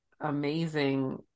amazing